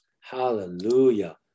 Hallelujah